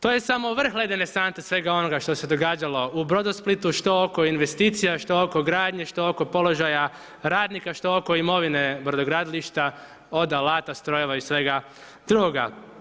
To je samo vrh ledene sante, svega onoga što se događalo u Brodosplitu što oko investicija, što oko gradnje, što oko položaja radnika, što oko imovine brodogradilišta, od alata, strojeva i svega drugoga.